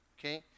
Okay